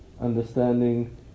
understanding